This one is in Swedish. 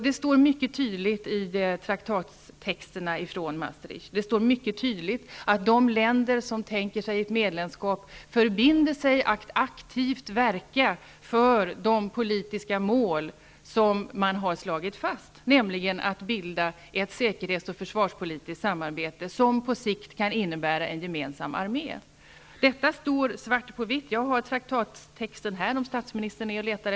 Det står mycket tydligt i traktatstexten från Maastricht, att de länder som tänker sig ett medlemskap förbinder sig att aktivt verka för de politiska mål som har slagits fast, nämligen att bilda ett säkerhets och försvarspolitiskt samarbete, som på sikt kan innebära en gemensam armé. Detta står svart på vitt -- jag har traktatstexten här.